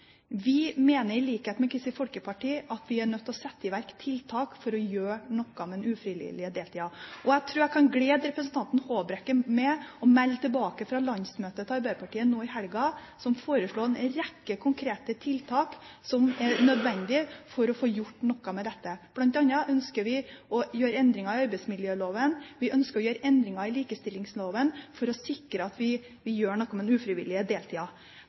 Vi mener i likhet med Kristelig Folkeparti at vi er nødt til å sette i verk tiltak for å gjøre noe med den ufrivillige deltida, og jeg tror jeg kan glede representanten Håbrekke med å melde tilbake at landsmøtet til Arbeiderpartiet nå i helgen foreslo en rekke konkrete tiltak som er nødvendige for å få gjort noe med dette. Blant annet ønsker vi å gjøre endringer i arbeidsmiljøloven, og vi ønsker å gjøre endringer i likestillingsloven for å sikre at vi gjør noe med den ufrivillige